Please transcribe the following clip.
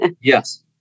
Yes